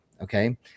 Okay